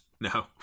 No